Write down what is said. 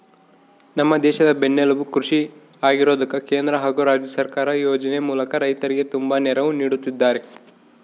ನಮ್ಮ ದೇಶದ ಬೆನ್ನೆಲುಬು ಕೃಷಿ ಆಗಿರೋದ್ಕ ಕೇಂದ್ರ ಹಾಗು ರಾಜ್ಯ ಸರ್ಕಾರ ಯೋಜನೆ ಮೂಲಕ ರೈತರಿಗೆ ತುಂಬಾ ನೆರವು ನೀಡುತ್ತಿದ್ದಾರೆ